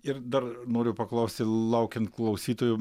ir dar noriu paklausti laukiant klausytojų